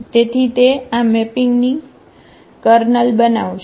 તેથી તે આ મેપિંગની કર્નલ બનાવશે